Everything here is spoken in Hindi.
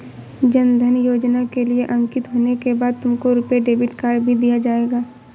जन धन योजना के लिए अंकित होने के बाद तुमको रुपे डेबिट कार्ड भी दिया जाएगा